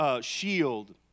shield